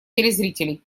телезрителей